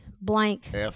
blank